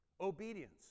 Obedience